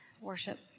worship